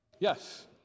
Yes